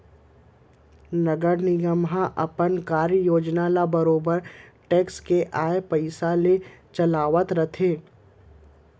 नगर निगम ह अपन कार्य योजना ल बरोबर टेक्स के आय पइसा ले चलावत रथे